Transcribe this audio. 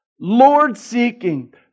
Lord-seeking